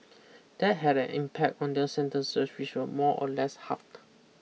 that had an impact on their sentences which were more or less halved